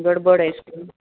गडबड आइस्क्रीम